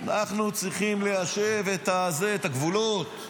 אנחנו צריכים ליישב את הגבולות.